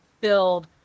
build